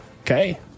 Okay